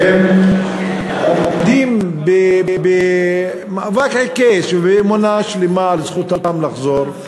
והם עומדים במאבק עיקש ובאמונה שלמה על זכותם לחזור.